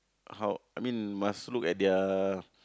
how I mean must look at their